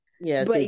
Yes